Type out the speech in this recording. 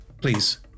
Please